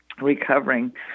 recovering